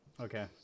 Okay